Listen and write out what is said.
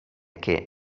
che